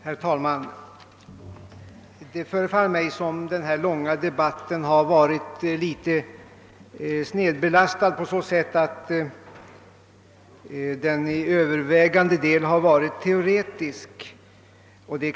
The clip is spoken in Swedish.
Herr talman! Det förefaller mig som om den här långa debatten har varit litet snedbelastad på så sätt att den till övervägande del har varit teoretisk.